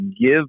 give